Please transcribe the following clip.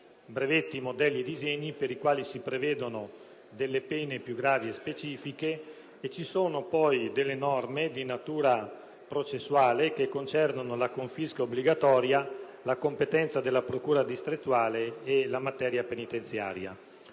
brevetti, modelli e disegni, per i quali si prevedono pene più gravi e specifiche, sia di natura processuale che concernono la confisca obbligatoria, la competenza della procura distrettuale e la materia penitenziaria.